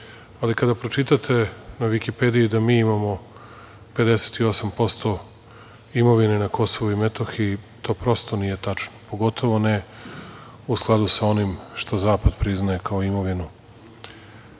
ali kada pročitate na Vikipediji da mi imamo 58% imovine na Kosovu i Metohiji, to prosto nije tačno, pogotovo ne u skladu sa onim što zapad priznaje kao imovinu.